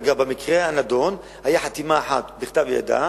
אגב, במקרה הנדון היתה חתימה אחת בכתב ידה,